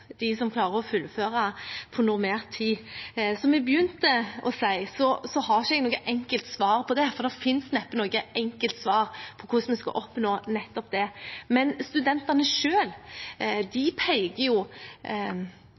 som klarer å fullføre på normert tid. Som jeg begynte med å si, har jeg ikke noe enkelt svar på det, for det finnes neppe noe enkelt svar på hvordan vi skal oppnå nettopp det. Men studentene